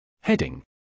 Heading